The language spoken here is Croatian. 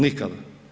Nikada.